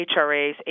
HRAs